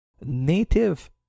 native